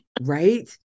Right